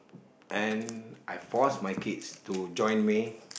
and I force my kids to join me